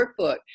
workbook